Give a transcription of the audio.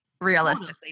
realistically